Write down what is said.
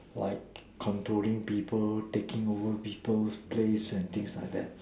like controlling people taking over people place and things like that